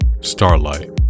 Starlight